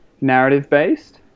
narrative-based